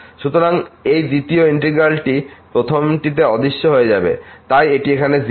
সুতরাং এই দ্বিতীয় ইন্টিগ্র্যালটি প্রথমটিতে অদৃশ্য হয়ে যাবে তাই এটি এখানে 0